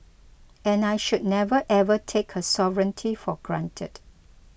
and I should never ever take her sovereignty for granted